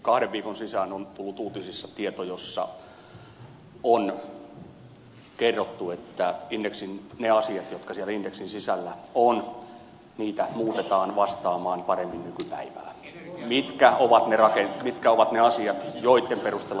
kahden viikon sisään on tullut uutisissa tieto jossa on kerrottu että niitä asioita jotka siellä indeksin sisällä ovat muutetaan vastaamaan paremmin nykypäivää sitä mitkä ovat ne asiat joitten perusteella indeksi lasketaan